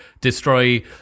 destroy